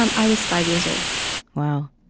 um i was five years old wow.